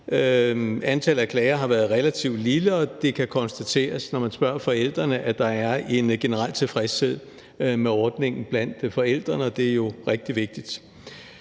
Antallet af klager har været relativt lille, og det kan konstateres, når man spørger forældrene, at der er en generel tilfredshed med ordningen blandt forældrene, og det er jo rigtig vigtigt.